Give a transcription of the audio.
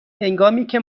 هنگامیکه